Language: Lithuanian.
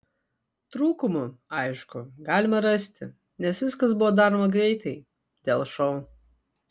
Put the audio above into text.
trūkumų aišku galima rasti nes viskas buvo daroma greitai dėl šou